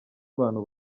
abantu